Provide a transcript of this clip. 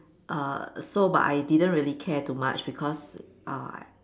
err so but I didn't really care too much because I